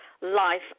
life